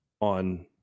on